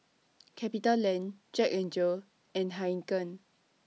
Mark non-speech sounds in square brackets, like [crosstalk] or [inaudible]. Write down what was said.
[noise] CapitaLand Jack N Jill and Heinekein